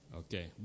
okay